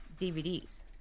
DVDs